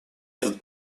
этот